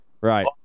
right